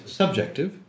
subjective